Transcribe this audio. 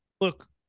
Look